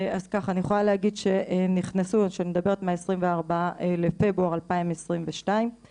אני מדברת על אלה שנכנסו מאז ה-24 בפברואר 2022,